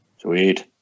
Sweet